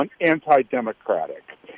anti-democratic